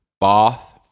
bath